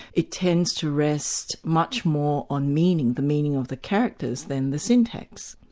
it tends to rest much more on meaning, the meaning of the characters than the syntax.